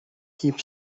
keep